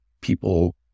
people